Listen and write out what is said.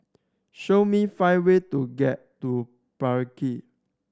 show me five way to get to